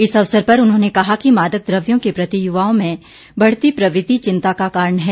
इस अवसर पर उन्होंने कहा कि मादक द्रव्यों के प्रति युवाओं में बढ़ती प्रवृत्ति चिंता का कारण है